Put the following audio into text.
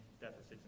deficits